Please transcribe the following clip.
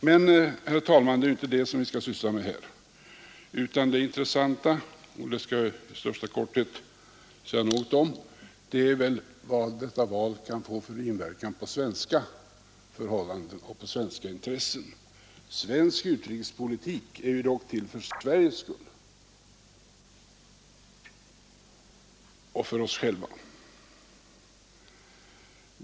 Men, herr talman, det är ju inte det som vi skall syssla med här, utan det intressanta — och det skall jag i största korthet säga något om — är väl vad detta val kan få för inverkan på svenska förhållanden och svenska intressen. Svensk utrikespolitik är dock till för Sverige och för oss själva.